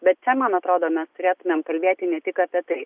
bet čia man atrodo mes turėtumėm kalbėti ne tik apie tai